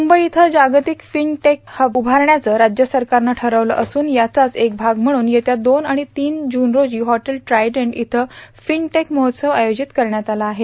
मुंबई इथं जागतिक fintech hub उभारण्याचं राज्य सरकारनं ठरविलं असून याचाच एक भाग म्हणून येत्या दोन आणि तीन जून रोजी हॅटेल ट्रायडंट इथं फिन टेक महोत्सव आयोजित करण्यात आला आहे